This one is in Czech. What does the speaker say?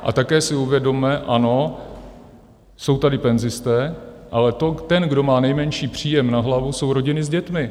A také si uvědomme, ano, jsou tady penzisté, ale ten, kdo má nejmenší příjem na hlavu jsou rodiny s dětmi.